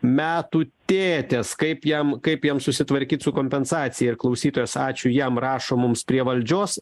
metų tėtės kaip jam kaip jiems susitvarkyt su kompensacija ir klausytojas ačiū jam rašo mums prie valdžios